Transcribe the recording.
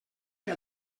que